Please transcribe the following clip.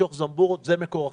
למשוך זמבורות זה מקור החיכוך.